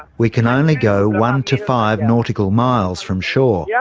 we can only go one to five nautical miles from shore. yeah